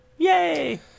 Yay